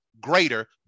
greater